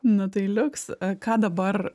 nu tai liuks ką dabar